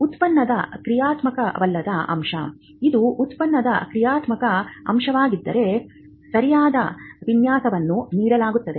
ಉತ್ಪನ್ನದ ಕ್ರಿಯಾತ್ಮಕವಲ್ಲದ ಅಂಶ ಇದು ಉತ್ಪನ್ನದ ಕ್ರಿಯಾತ್ಮಕ ಅಂಶವಾಗಿದ್ದರೆ ಸರಿಯಾದ ವಿನ್ಯಾಸವನ್ನು ನೀಡಲಾಗುತ್ತದೆ